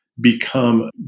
become